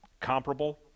comparable